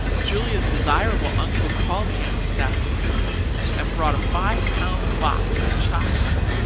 julia's desirable uncle called again this afternoon and brought a five-pound box of chocolates.